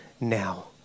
now